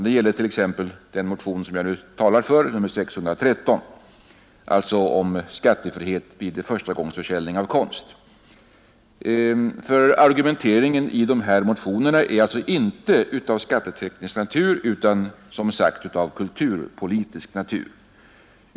Detta gäller t.ex. den motion som jag nu talar för, nämligen motionen 613 om skattefrihet vid förstagångsförsäljning av konst. Argumenteringen i dessa motioner är alltså inte av skatteteknisk utan av kulturpolitisk natur.